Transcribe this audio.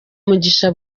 mugisha